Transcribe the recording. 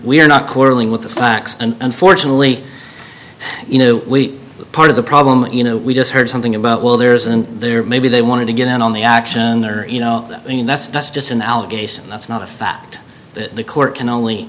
are not quarreling with the facts and unfortunately you know we part of the problem you know we just heard something about well there isn't there maybe they want to get in on the action or i mean that's that's just an allegation that's not a fact the court can only